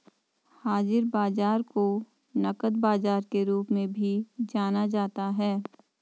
हाज़िर बाजार को नकद बाजार के रूप में भी जाना जाता है